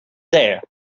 there